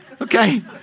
Okay